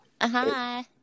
Hi